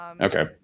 Okay